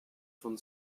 von